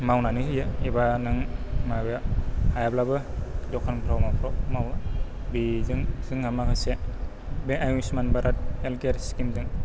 मावनानैै होयो एबा नों माबा हायाब्लाबो दखानफ्राव माफ्राव मावो बेजों जोंहा माखासे बे आयुष्मान भारत हेल्थ खेयार स्खिमजों